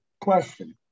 Question